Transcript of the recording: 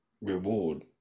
reward